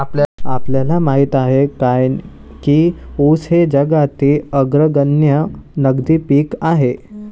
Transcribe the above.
आपल्याला माहित आहे काय की ऊस हे जगातील अग्रगण्य नगदी पीक आहे?